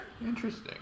Interesting